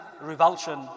revulsion